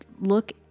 Look